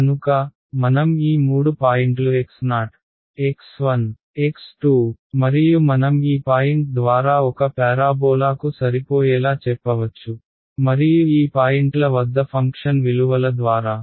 కనుక మనం ఈ మూడు పాయింట్లు xox1 x2 మరియు మనం ఈ పాయింట్ ద్వారా ఒక ప్యారాబోలా కు సరిపోయేలా చెప్పవచ్చు మరియు ఈ పాయింట్ల వద్ద ఫంక్షన్ విలువల ద్వారా